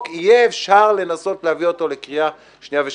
יהיה אפשר לנסות להביא אותו לקריאה שניה ושלישית.